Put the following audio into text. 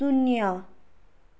शून्य